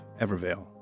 Evervale